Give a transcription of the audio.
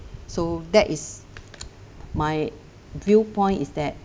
so that is my viewpoint is that